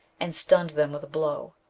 and stunned them with a blow.